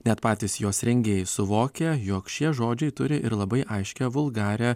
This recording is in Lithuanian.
net patys jos rengėjai suvokia jog šie žodžiai turi ir labai aiškią vulgarią